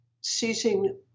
seizing